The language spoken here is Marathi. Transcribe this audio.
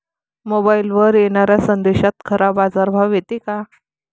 मोबाईलवर येनाऱ्या संदेशात खरा बाजारभाव येते का?